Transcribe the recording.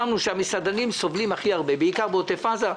שהמסעדנים סובלים הכי הרבה, בעיקר בעוטף עזה.